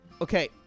okay